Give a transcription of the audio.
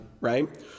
right